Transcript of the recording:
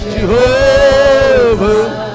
Jehovah